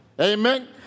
Amen